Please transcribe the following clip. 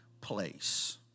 place